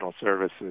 services